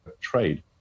trade